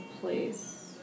place